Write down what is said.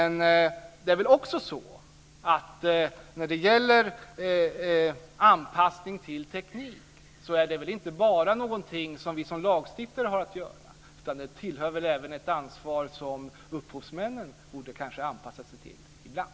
När det gäller att anpassa till teknik är det väl inte bara någonting som vi som lagstiftare har att göra, utan det är väl även ett ansvar som huvudmännen kanske borde ta ibland.